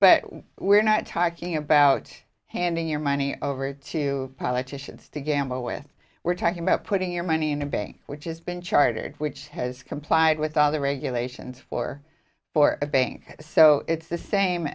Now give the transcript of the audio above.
but we're not talking about handing your money over to politicians to gamble with we're talking about putting your money in a bank which has been chartered which has complied with all the regulations for for a bank so it's the same